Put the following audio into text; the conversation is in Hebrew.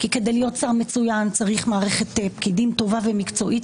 כדי להיות שר מצוין צריך מערכת פקידים טובה ומקצועית,